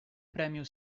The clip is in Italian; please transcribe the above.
premio